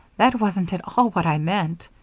that wasn't at all what i meant.